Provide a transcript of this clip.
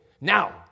now